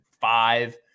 five